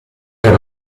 per